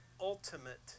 ultimate